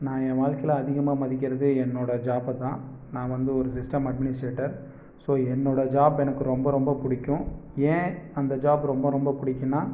நான் என் வாழ்க்கையில் அதிகமாக மதிக்கிறது என்னோடய ஜாப்பை தான் நான் வந்து ஒரு சிஸ்டம் அட்மினிஸ்ட்ரேட்டர் ஸோ என்னோடய ஜாப் எனக்கு ரொம்ப ரொம்ப பிடிக்கும் ஏன் அந்த ஜாப் ரொம்ப ரொம்ப பிடிக்குன்னா